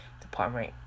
department